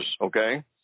okay